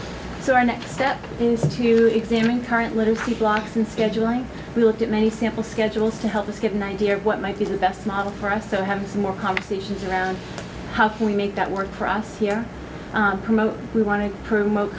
so our next step is you examine current literacy blocks in scheduling we looked at many sample schedules to help us get an idea of what might be the best model for us to have more conversations around how can we make that work for us here promote we want to promote